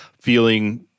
feeling